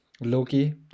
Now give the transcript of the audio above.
Loki